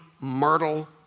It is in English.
Myrtle